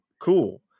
cool